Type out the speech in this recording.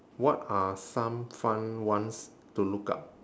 what are some fun ones to look up